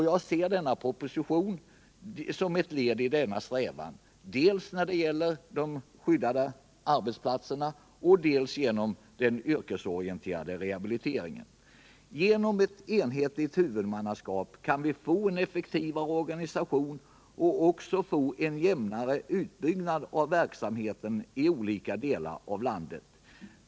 Jag ser också propositionen som ett led i denna strävan, dels när det gäller de skyddade arbetsplatserna, dels genom den yrkesorienterade rehabiliteringen. Genom ett enhetligt huvudmannaskap kan vi få en effektivare organisation och även en jämnare utbyggnad av verksamheten i olika delar av landet.